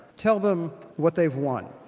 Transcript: tell them what they've won.